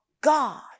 God